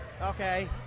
Okay